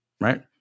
Right